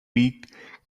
beak